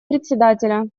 председателя